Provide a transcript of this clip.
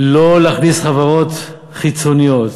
לא להכניס חברות חיצוניות